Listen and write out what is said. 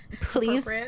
please